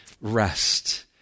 rest